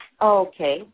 Okay